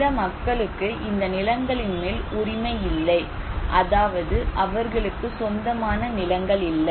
சில மக்களுக்கு இந்த நிலங்களின் மேல் உரிமை இல்லை அதாவது அவர்களுக்கு சொந்தமான நிலங்கள் இல்லை